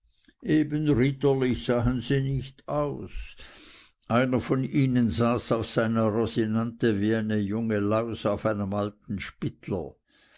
eben ritterlich sahen sie nicht aus einer von ihnen saß auf seiner rosinante wie eine junge laus auf einem alten spittler